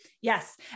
Yes